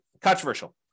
controversial